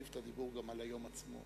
את הצעת החוק